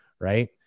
right